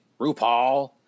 RuPaul